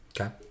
Okay